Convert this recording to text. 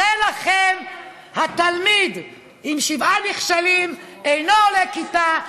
הרי לכם, התלמיד עם שבעה נכשלים, אינו עולה כיתה,